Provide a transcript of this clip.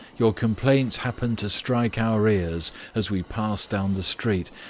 your complaints happened to strike our ears as we passed down the street,